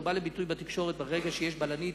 הוא בא לידי ביטוי בתקשורת ברגע שיש בלנית